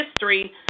history